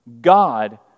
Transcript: God